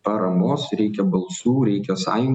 paramos reikia balsų reikia sąjungininkų